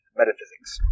metaphysics